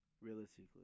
realistically